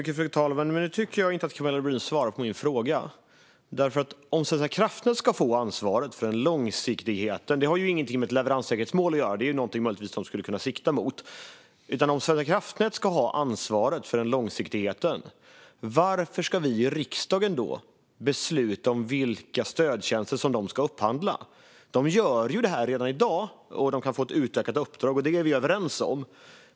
Fru talman! Jag tycker inte att Camilla Brodin svarade på min fråga. Om Svenska kraftnät ska få ansvaret för långsiktigheten har det ingenting med leveranssäkerhetsmålet att göra. Det är möjligtvis någonting som de skulle kunna sikta mot. Om Svenska kraftnät ska ha ansvaret för långsiktigheten, varför ska vi i riksdagen då besluta om vilka stödtjänster de ska upphandla? De gör detta redan i dag, och de kan få ett utökat uppdrag. Det är vi överens om.